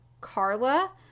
Carla